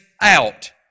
out